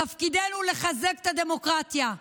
תפקידנו לחזק את הדמוקרטיה,